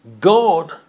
God